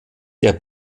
der